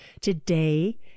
Today